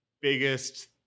biggest